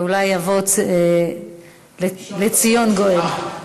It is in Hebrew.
ואולי יבוא לציון גואל.